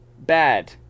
bad